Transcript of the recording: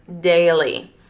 daily